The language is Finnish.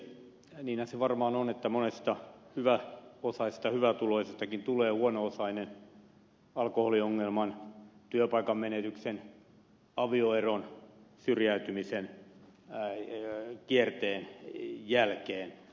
niinhän se varmaan on että monesta hyväosaisesta hyvätuloisestakin tulee huono osainen alkoholiongelman työpaikan menetyksen avioeron syrjäytymisen kierteen jälkeen